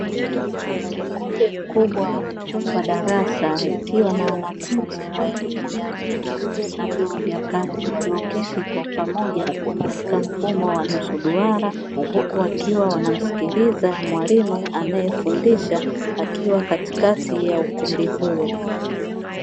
Ukumbi mkubwa wa darasa likiwa na wanafunzi wa elimu ya juu na vyuo vya kati walioketi kwa pamoja katika mfumo wa nusu duara, huku wakiwa wanamsikiliza mwalimu anayefundisha akiwa katikati ya ukumbi huo.